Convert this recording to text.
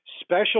Special